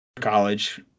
college